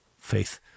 faith